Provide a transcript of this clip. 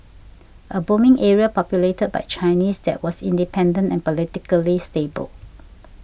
a booming area populated by Chinese that was independent and politically stable